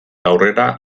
aurrera